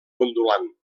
ondulant